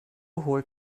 holt